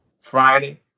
Friday